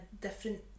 different